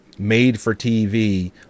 made-for-TV